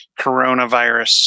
coronavirus